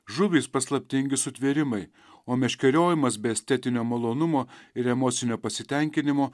žuvys paslaptingi sutvėrimai o meškeriojimas be estetinio malonumo ir emocinio pasitenkinimo